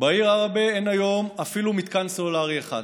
בעיר עראבה אין היום אפילו מתקן סלולרי אחד.